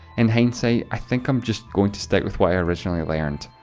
in hindsight, i think i'm just going to stick with what i originally learned.